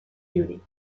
duty